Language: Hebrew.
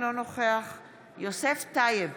אינו נוכח יוסף טייב,